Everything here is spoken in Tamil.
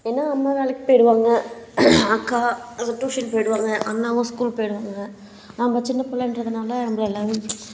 ஏன்னா அம்மா வேலைக்கு போய்டுவாங்க அக்கா அங்கே ட்யூஷன் போய்டுவாங்க அண்ணாவும் ஸ்கூல் போய்டுவாங்க நாம் சின்ன பிள்ளைன்றதுனால நம்மள எல்லாரும்